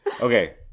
Okay